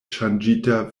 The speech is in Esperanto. ŝanĝita